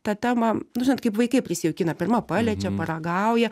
tą temą nu žinot kaip vaikai prisijaukina pirma paliečia paragauja